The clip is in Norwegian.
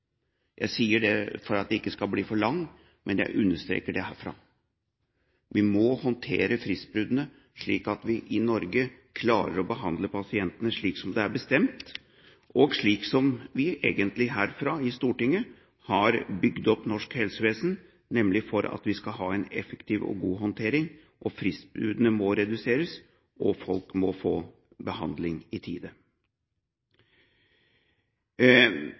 For at det ikke skal bli for langt, bare understreker jeg det herfra. Vi må håndtere fristbruddene, slik at vi i Norge klarer å behandle pasientene slik som det er bestemt, og slik som vi her fra Stortinget har bygd opp norsk helsevesen for at vi skal ha en effektiv og god håndtering – fristbruddene må reduseres, og folk må få behandling i tide.